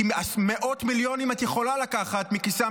כי מאות מיליונים את יכולה לקחת מכיסם